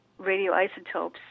radioisotopes